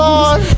Lord